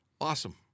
Awesome